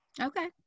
Okay